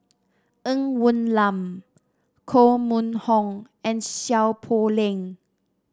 Ng Woon Lam Koh Mun Hong and Seow Poh Leng